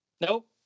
Nope